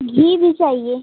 घी भी चाहिए